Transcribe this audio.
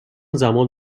زمان